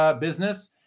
business